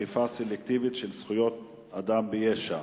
אכיפה סלקטיבית של זכויות האדם ביש"ע,